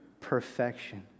perfection